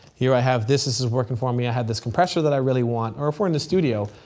here i have this, this is working for me, i have this compressor that i really want, or if we're in the studio,